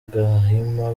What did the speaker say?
gahima